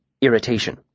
Irritation